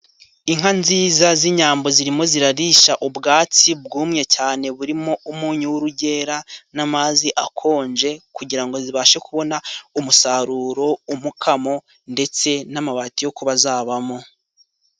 Inka nziza z'inyambo, zirimo zirarisha ubwatsi bwumye cyane, burimo umunyu w'urugera n'amazi akonje, kugira ngo zibashe kubona umusaruro, umukamo ndetse n'amabati yo kuba zabamo.